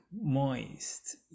moist